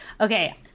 Okay